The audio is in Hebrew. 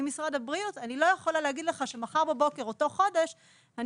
אני משרד הבריאות - להגיד לך שמחר בבוקר אותו חודש אני